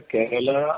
Kerala